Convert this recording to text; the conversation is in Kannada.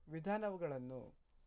ವಿಧಾನಗಳನ್ನು